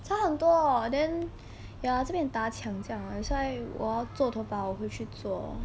差很多 hor then ya 这边打枪这样 that's why 我做头发我会去做